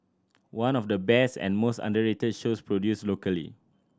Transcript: one of the best and most underrated shows produced locally